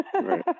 Right